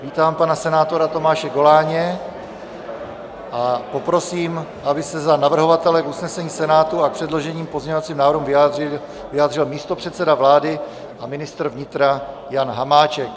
Vítám pana senátora Tomáše Goláně a poprosím, aby se za navrhovatele k usnesení Senátu a předloženým pozměňovacím návrhům vyjádřil místopředseda vlády a ministr vnitra Jan Hamáček.